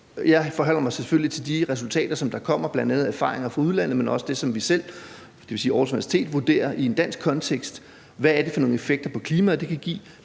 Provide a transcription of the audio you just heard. Jeg forholder mig selvfølgelig til de resultater, der kommer, bl.a. erfaringer fra udlandet, men også det, som vi selv, dvs. Aarhus Universitet, vurderer i en dansk kontekst, i forhold til hvad det er for nogle effekter på klimaet, det kan give,